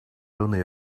only